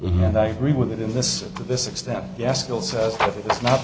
and i agree with it in this to this extent yes kill says if it's not